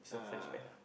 uh